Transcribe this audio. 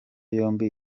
yombi